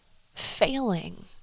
failing